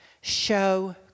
show